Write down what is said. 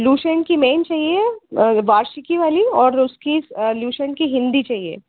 Lucent की मेन चाहिए वार्षिकी वाली और उसकी लुसेंट की हिंदी चाहिए